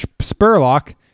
Spurlock